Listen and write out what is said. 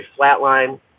flatline